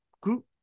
group